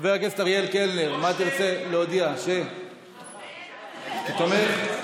חבר הכנסת אריאל קלנר, מה תרצה להודיע, שאתה תומך?